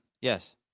Yes